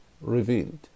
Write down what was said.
revealed